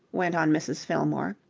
went on mrs. fillmore,